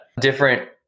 different